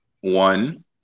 one